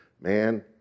Man